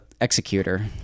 executor